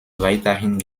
weiterhin